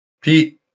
Pete